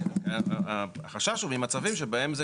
החשש הוא ממצבים שבהם.